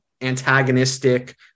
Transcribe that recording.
antagonistic